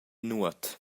nuot